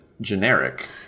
generic